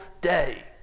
day